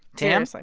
tam. so